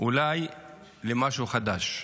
אולי למשהו חדש.